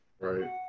Right